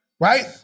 right